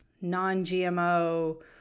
non-GMO